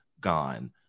gone